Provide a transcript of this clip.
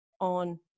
on